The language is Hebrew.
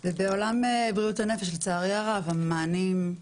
ובעולם בריאות הנפש לצערי הרב המענים,